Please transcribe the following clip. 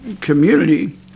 community